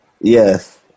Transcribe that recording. Yes